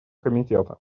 комитета